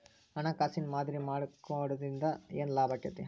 ಹಣ್ಕಾಸಿನ್ ಮಾದರಿ ಮಾಡಿಡೊದ್ರಿಂದಾ ಏನ್ ಲಾಭಾಕ್ಕೇತಿ?